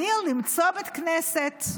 אני למצוא בית כנסת.